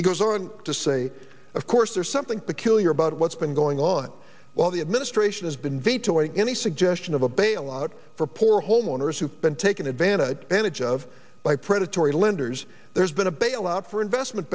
he goes on to say of course there's something peculiar about what's been going on while the administration has been vetoing any suggestion of a bailout for poor homeowners who've been taken advantage of an age of by predatory lenders there's been a bailout for investment